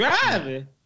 driving